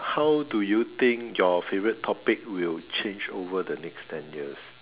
how do you think your favourite topic will change over the next ten years